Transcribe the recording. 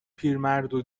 پیرمردو